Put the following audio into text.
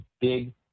big